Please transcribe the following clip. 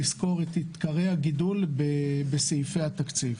לסקור את עיקרי הגידול בסעיפי התקציב.